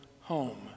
home